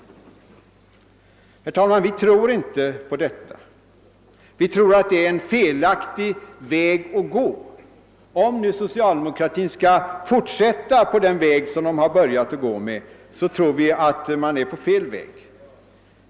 Vi tror inte på detta. Vi tror att det är en felaktig väg att gå. Om nu socialdemokratin skall fortsätta på den inslagna vägen tror vi att den valt fel.